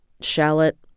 shallot